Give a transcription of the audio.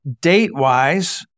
Date-wise